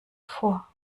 vor